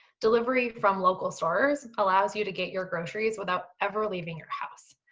delivery from local stores allows you to get your groceries without ever leaving your house.